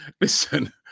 listen